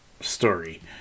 story